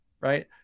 right